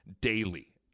daily